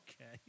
Okay